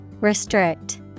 Restrict